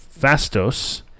Fastos